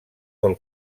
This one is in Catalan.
del